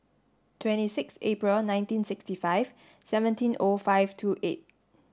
twenty six April nineteen sixty five seventeen O five two eight